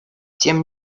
тем